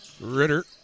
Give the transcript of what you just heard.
Ritter